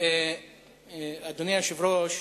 אדוני היושב-ראש,